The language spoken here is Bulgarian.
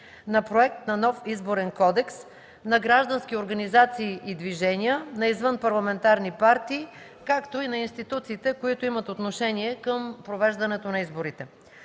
на проект на нов Изборен кодекс, на граждански организации и движения, на извънпарламентарни партии, както и на институциите, които имат отношение към провеждането на изборите.